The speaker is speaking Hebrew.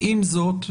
עם זאת,